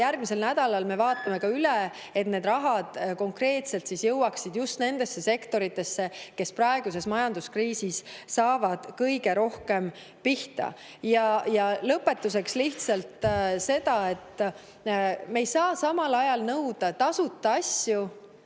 Järgmisel nädalal me vaatame üle ka selle, et see raha konkreetselt jõuaks just nendesse sektoritesse, mis praeguse majanduskriisi ajal kõige rohkem pihta saavad. Lõpetuseks lihtsalt seda, et me ei saa nõuda tasuta asju